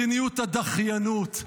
מדיניות הדחיינות,